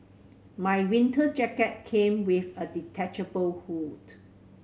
my winter jacket came with a detachable hood